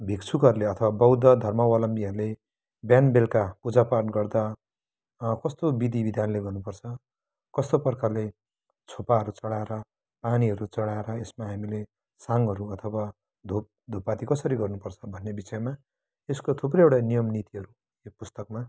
भिक्षुकहरूले अथवा बौद्ध धर्मावलम्बीहरूले बिहान बेलका पुजा पाठ गर्दा कस्तो विधि विधानले गर्नु पर्छ कस्तो प्रकारले छोपाहरू चढाएर पानीहरू चढाएर यसमा हामीले साङहरू अथवा धुप धुपाती कसरी गर्नुपर्छ भन्ने विषयमा यसको थुप्रैवटा नियम नीतिहरू यो पुस्तकमा